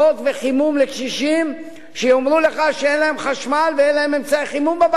וחימום לקשישים שיאמרו לך שאין להם חשמל ואין להם אמצעי חימום בבית.